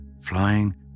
flying